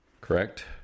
correct